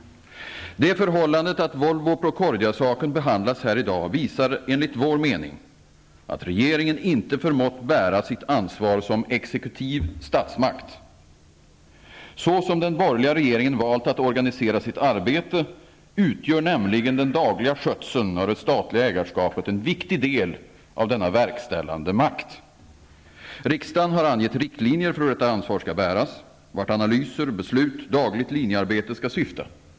Det förhållandet att Volvo--Procordia-saken behandlas här i dag visar enligt vår mening att regeringen inte förmått bära sitt ansvar som exekutiv statsmakt. Så som den borgerliga regeringen valt att organisera sitt arbete utgör nämligen den dagliga skötseln av det statliga ägarskapet en viktig del av denna verkställande makt. Riksdagen har angett riktlinjer för hur detta ansvar skall bäras, vart analyser, beslut och dagligt linjearbete skall syfta.